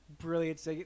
brilliant